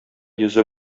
йөзе